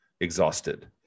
exhausted